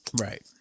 Right